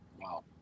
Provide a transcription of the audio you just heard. Wow